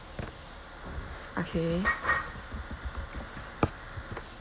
okay